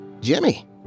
Jimmy